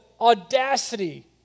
audacity